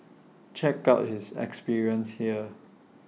check out his experience here